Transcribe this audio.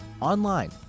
online